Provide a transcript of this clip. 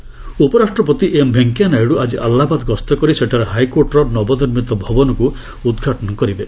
ନାଇଡୁ ଆଲାହାବାଦ ଉପରାଷ୍ଟ୍ରପତି ଏମ୍ ଭେଙ୍କିୟା ନାଇଡ଼ୁ ଆଜି ଆଲାହାବାଦ ଗସ୍ତ କରି ସେଠାରେ ହାଇକୋର୍ଟର ନବନିର୍ମିତ ଭବନକୁ ଉଦ୍ଘାଟନ କରିବେ